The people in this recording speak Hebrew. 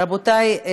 רבותי,